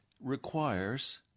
requires